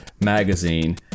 magazine